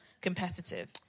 competitive